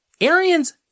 Arians